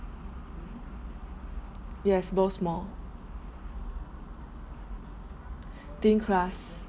yes both small thin crust